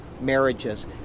marriages